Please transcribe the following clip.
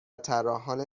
طراحان